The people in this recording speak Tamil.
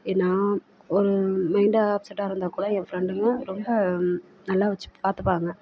ஏ நான் ஒரு மைண்டு அப்செட்டாக இருந்தால்க் கூட என் ஃப்ரெண்டுங்கள் ரொம்ப நல்லா வைச்சு பார்த்துப்பாங்க